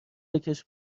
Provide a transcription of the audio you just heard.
بکـش